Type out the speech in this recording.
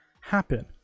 happen